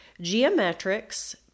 Geometrics